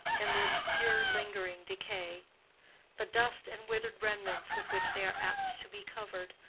and their obscure lingering decay the dust and withered remnants with which they are apt to be covered,